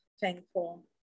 thankful